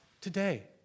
today